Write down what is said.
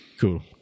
Cool